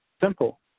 Simple